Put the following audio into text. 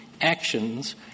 actions